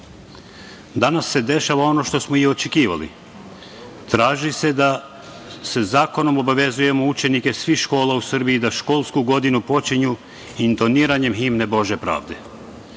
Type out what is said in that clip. dan. Danas se dešava ono što smo i očekivali, traži se da zakonom obavezujemo učenike svih škola u Srbiji da školsku godinu počinju intoniranjem Himne „Bože pravde“.